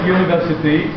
University